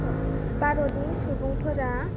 भारतनि सुबुंफोरा